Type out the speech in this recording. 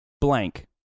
Blank